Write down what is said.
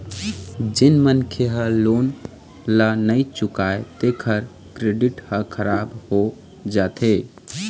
जेन मनखे ह लोन ल नइ चुकावय तेखर क्रेडिट ह खराब हो जाथे